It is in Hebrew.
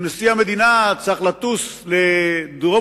ונשיא המדינה צריך לטוס לדרום-אמריקה,